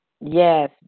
Yes